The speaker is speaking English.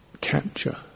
capture